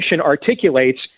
articulates